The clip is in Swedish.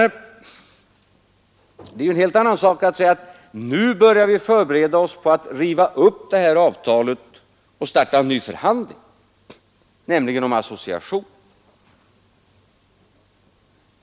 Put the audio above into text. Men det är en helt annan sak att säga att vi nu skall börja förbereda oss på att riva upp avtalet och starta en ny förhandling, nämligen om association.